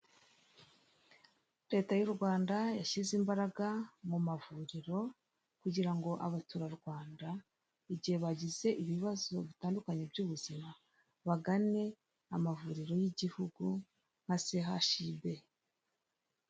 Leta y'urwanda yashyize imbaraga mumavuriro kugirango abaturarwanda igihe bagize ibibazo bitandukanye byubuzima bagane amavuriro yigihugu nka CHUB.